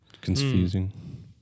Confusing